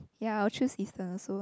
ya I will choose eastern also